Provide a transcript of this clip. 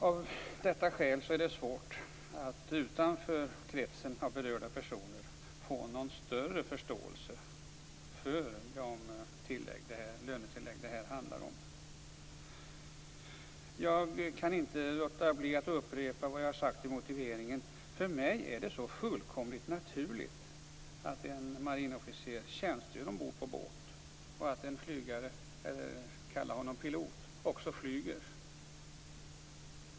Av detta skäl är det svårt att utanför kretsen av berörda personer få någon större förståelse för de lönetillägg det här handlar om. Jag kan inte låta bli att upprepa vad jag har sagt i motiveringen, nämligen att det för mig är så fullkomligt naturligt att en marinofficer tjänstgör ombord på båt och att en pilot flyger.